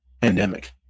pandemic